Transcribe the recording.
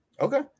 Okay